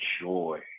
joy